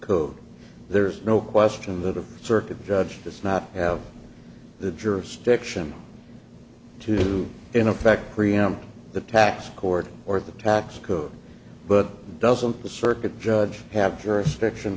code there's no question that a circuit judge does not have the jurisdiction to in effect preempt the tax court or the tax code but doesn't the circuit judge have jurisdiction